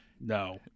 no